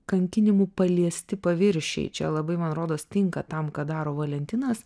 kankinimų paliesti paviršiai čia labai man rodos tinka tam ką daro valentinas